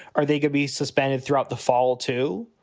or they could be suspended throughout the fall, too.